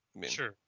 Sure